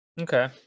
okay